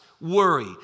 Worry